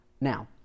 Now